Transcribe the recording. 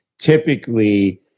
typically